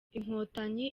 inkotanyi